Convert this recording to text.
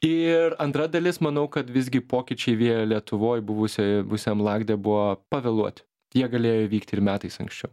ir antra dalis manau kad visgi pokyčiai via lietuvoj buvusioj buvusiam lakde buvo pavėluoti jie galėjo įvykti ir metais anksčiau